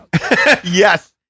Yes